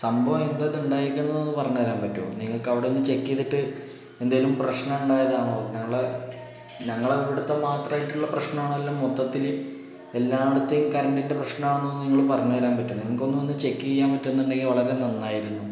സംഭവം എന്താ അത് ഉണ്ടായിരിക്കുന്നത് എന്ന് പറഞ്ഞു തരാൻ പറ്റുമോ നിങ്ങൾക്ക് അവിടെ നിന്ന് ചെക്ക് ചെയ്തിട്ട് എന്തെങ്കിലും പ്രശ്നം ഉണ്ടായതാണോ ഞങ്ങൾ ഞങ്ങളുടെ ഇവിടുത്തെ മാത്രമായിട്ടുള്ള പ്രശ്നമാണോ അല്ല മൊത്തത്തിൽ എല്ലായിടത്തേയും കറണ്ടിൻ്റെ പ്രശ്നമാണോ എന്ന് നിങ്ങൾ പറഞ്ഞ് തരാൻ പറ്റുമോ നിങ്ങൾക്ക് ഒന്ന് ചെക്ക് ചെയ്യാൻ പറ്റുമെന്നുണ്ടെങ്കിൽ വളരെ നന്നായിരുന്നു